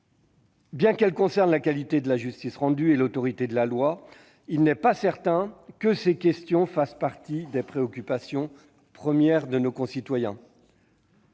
Bien qu'elles concernent la qualité de la justice rendue et l'autorité de la loi, il n'est pas certain que ces questions fassent partie des préoccupations premières de nos concitoyens.